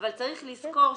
אבל צריך לזכור,